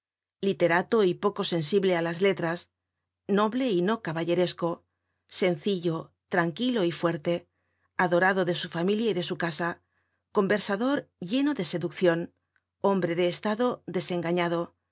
literato y poco sensible á las letras noble y no caballeresco sencillo tranquilo y fuerte adorado de su familia y de su casa conversador lleno de seduccion hombre de estado desengañado